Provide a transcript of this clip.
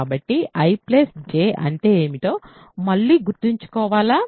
కాబట్టి I J అంటే ఏమిటో మళ్లీ గుర్తుంచుకోవాలా